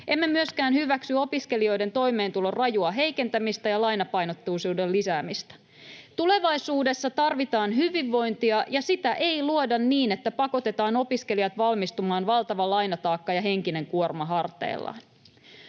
Emme myöskään hyväksy opiskelijoiden toimeentulon rajua heikentämistä ja lainapainotteisuuden lisäämistä. Tulevaisuudessa tarvitaan hyvinvointia, ja sitä ei luoda niin, että pakotetaan opiskelijat valmistumaan valtava lainataakka ja henkinen kuorma harteillaan.